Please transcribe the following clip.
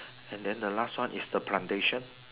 and then the last one is the plantation